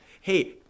Hey